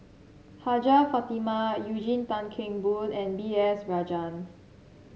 Hajjah Fatimah Eugene Tan Kheng Boon and B S Rajhans